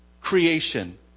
creation